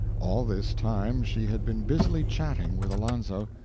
all this time she had been busily chatting with alonzo,